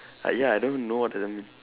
ah ya I don't know what does that mean